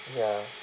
ya